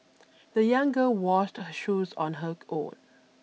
the young girl washed her shoes on her own